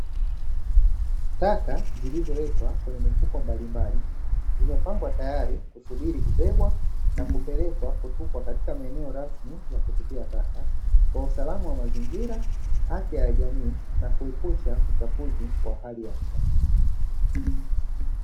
Taka zilizowekwa kwenye mifuko mbalimbali zimepangwa tayari kusubiri kubebwa na kupelekwa kutupwa katika maeneo rasmi ya kutupia taka, kwa usalama wa mazingira, afya ya jamii na kuepusha uchafuzi wa hali ya hewa.